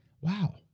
Wow